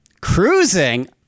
cruising